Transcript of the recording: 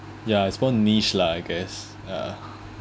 ya it's more niche lah I guess uh